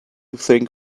think